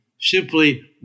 simply